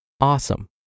awesome